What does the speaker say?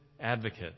advocate